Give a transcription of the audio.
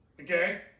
Okay